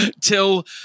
till